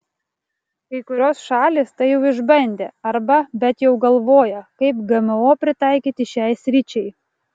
kai kurios šalys tai jau išbandė arba bet jau galvoja kaip gmo pritaikyti šiai sričiai